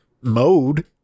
mode